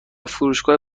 فروشگاه